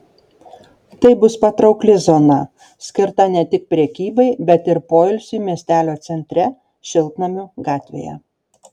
tai bus patraukli zona skirta ne tik prekybai bet ir poilsiui miestelio centre šiltnamių gatvėje